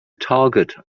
target